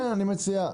אני מציע לכתוב: